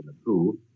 approved